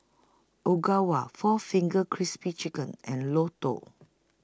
Ogawa four Fingers Crispy Chicken and Lotto